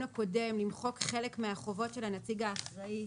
הקודם למחוק חלק מהחובות של הנציג האחראי,